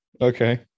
okay